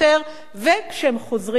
וכשהם חוזרים הביתה